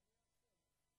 אני אאפשר לך,